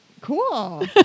Cool